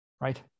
Right